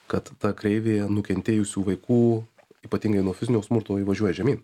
kad ta kreivė nukentėjusių vaikų ypatingai nuo fizinio smurto ji važiuoja žemyn